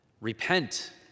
Repent